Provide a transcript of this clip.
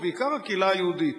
ובעיקר הקהילה היהודית.